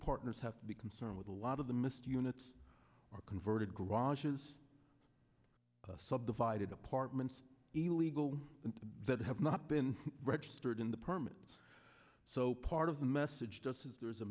partners have to be concerned with a lot of the missed units are converted garage is subdivided apartments illegal that have not been registered in the permit so part of the message just says there's a